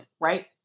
right